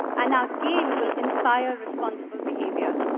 and our game will inspire responsible behavior.